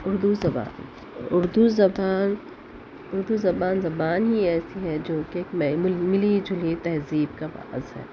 اردو زباں اردو زبان اردو زبان زبان ہی ایسی ہے جو کہ ملی جلی تہذیب کا باعث ہے